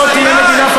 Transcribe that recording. לא תהיה מדינה,